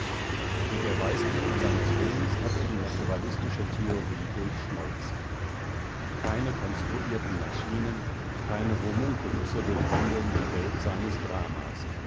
mit der weißglut seines willens hat er die naturalistische theorie durchschmolzen keine konstruierten maschinen keine homunkulusse durchwandeln die welt seines dramas